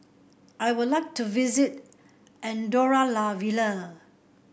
I would like to visit Andorra La Vella